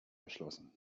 erschlossen